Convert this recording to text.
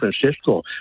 Francisco